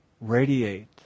radiate